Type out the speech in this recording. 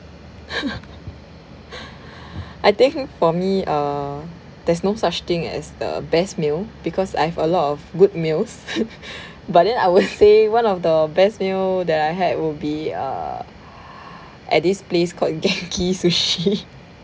I think for me err there's no such thing as the best meal because I've a lot of good meals but then I will say one of the best meal that I had would be err at this place called genki-sushi